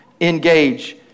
Engage